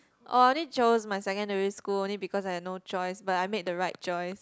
oh I only chose my secondary school only because I had no choice but I made the right choice